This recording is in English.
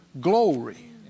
glory